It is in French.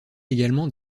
également